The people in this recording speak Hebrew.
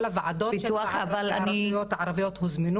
כל הוועדות של הרשויות הערביות הוזמנו